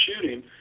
shooting